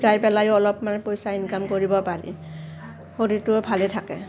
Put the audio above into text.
শিকাই পেলাই অলপ মানে পইচা ইনকাম কৰিব পাৰি শৰীৰটো ভালেই থাকে